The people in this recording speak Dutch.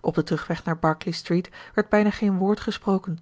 op den terugweg naar berkeley street werd bijna geen woord gesproken